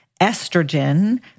estrogen